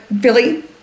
Billy